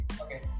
okay